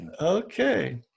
Okay